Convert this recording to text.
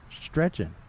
stretching